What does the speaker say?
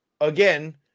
again